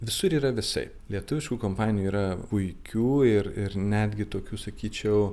visur yra visaip lietuviškų kompanijų yra puikių ir ir netgi tokių sakyčiau